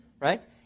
right